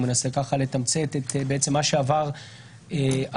הוא מנסה לתמצת את מה שקרה בפסיקה,